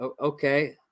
okay